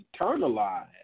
internalized